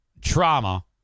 trauma